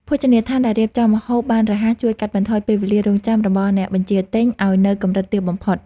ភោជនីយដ្ឋានដែលរៀបចំម្ហូបបានរហ័សជួយកាត់បន្ថយពេលវេលារង់ចាំរបស់អ្នកបញ្ជាទិញឱ្យនៅកម្រិតទាបបំផុត។